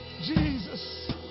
Jesus